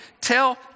tell